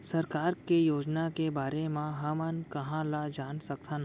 सरकार के योजना के बारे म हमन कहाँ ल जान सकथन?